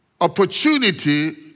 Opportunity